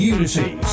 Unity